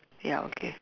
ya okay